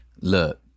Look